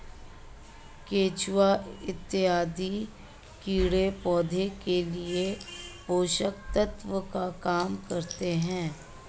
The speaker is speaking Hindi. केचुआ इत्यादि कीड़े पौधे के लिए पोषक तत्व का काम करते हैं